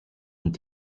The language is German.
und